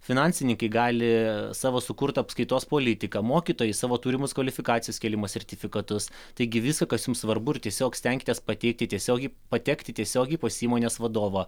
finansininkai gali savo sukurtą apskaitos politiką mokytojai savo turimus kvalifikacijos kėlimo sertifikatus taigi visa kas jums svarbu ir tiesiog stenkitės pateikti tiesiogiai patekti tiesiogiai pas įmonės vadovą